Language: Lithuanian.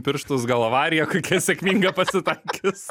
pirštus gal avarija kokia sėkminga pasitaikys